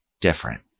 different